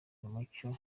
mucyo